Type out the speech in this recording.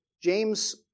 James